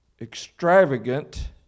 extravagant